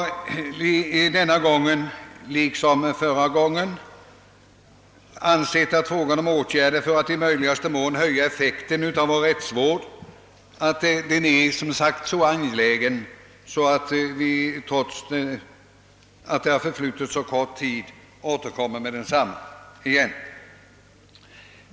Vi anser liksom förra gången att frågan om åtgärder för att i möjligaste mån höja effekten av vår rättsvård är så angelägen att vi återkommer i ärendet trots att så kort tid har förflutit.